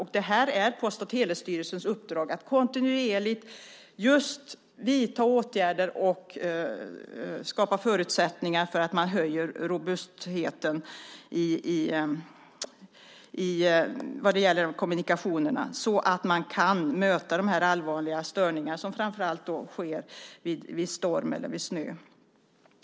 Det är Post och telestyrelsens uppdrag att kontinuerligt vidta åtgärder och skapa förutsättningar för att höja robustheten vad gäller kommunikationerna så att man kan möta de allvarliga störningar som framför allt sker vid storm eller snö.